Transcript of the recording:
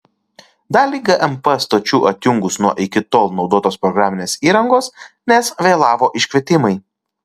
dalį gmp stočių atjungus nuo iki tol naudotos programinės įrangos nes vėlavo iškvietimai